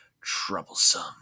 Troublesome